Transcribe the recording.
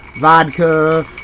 vodka